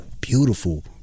beautiful